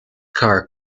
car